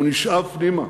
הוא נשאב פנימה,